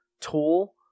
tool